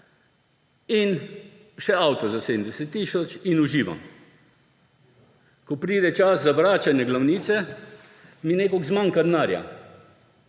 še za avto 70 tisoč in uživam. Ko pride čas za vračanje glavnice, mi nekako zmanjka denarja.